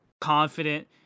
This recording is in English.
confident